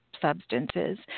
substances